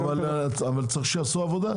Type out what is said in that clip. צריך שיעשו עבודה.